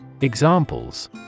Examples